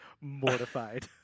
mortified